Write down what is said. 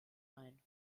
ein